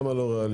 למה לא ריאלי?